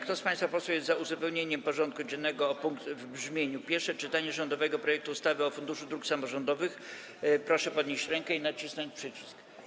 Kto z państwa posłów jest za uzupełnieniem porządku dziennego o punkt w brzmieniu: Pierwsze czytanie rządowego projektu ustawy o Funduszu Dróg Samorządowych, proszę podnieść rękę i nacisnąć przycisk.